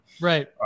right